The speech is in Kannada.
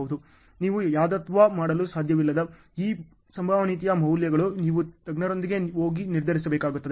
ನೀವು ಯದ್ವಾತದ್ವಾ ಮಾಡಲು ಸಾಧ್ಯವಿಲ್ಲದ ಈ ಸಂಭವನೀಯತೆ ಮೌಲ್ಯಗಳು ನೀವು ತಜ್ಞರೊಂದಿಗೆ ಹೋಗಿ ನಿರ್ಧರಿಸಬೇಕಾಗುತ್ತದೆ